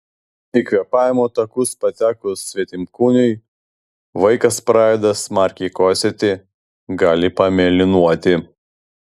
į kvėpavimo takus patekus svetimkūniui vaikas pradeda smarkiai kosėti gali pamėlynuoti